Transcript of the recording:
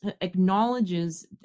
acknowledges